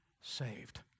saved